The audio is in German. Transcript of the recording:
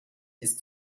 ist